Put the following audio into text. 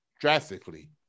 drastically